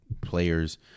players